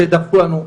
שידווחו לנו.